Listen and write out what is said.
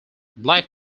black